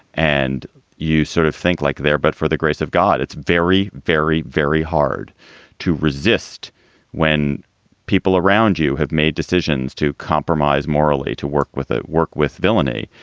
and you sort of think like there. but for the grace of god, it's very, very, very hard to resist when people around you have made decisions to compromise morally, to work with it. work with villainy.